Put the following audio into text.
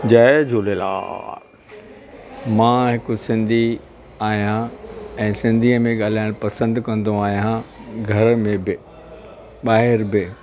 जय झूलेलाल मां हिकु सिंधी आहियां ऐं सिंधीअ में ॻाल्हाइण पसंदि कंदो आहियां घर में बि ॿाहिरि बि